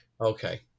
Okay